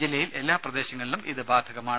ജില്ലയിൽ എല്ലാ പ്രദേശങ്ങളിലും ഇത് ബാധകമാണ്